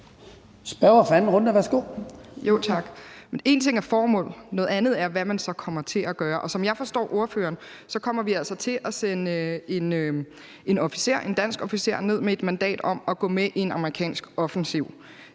Liliendahl Brydensholt (ALT): Tak. Én ting er formålet, noget andet er, hvad man så kommer til at gøre, og som jeg forstår ordføreren, kommer vi altså til at sende en dansk officer ned med et mandat til at gå med i en amerikansk offensiv.